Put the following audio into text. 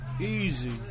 Easy